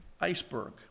iceberg